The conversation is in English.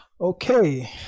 Okay